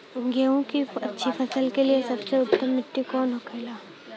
गेहूँ की अच्छी फसल के लिए सबसे उत्तम मिट्टी कौन होखे ला?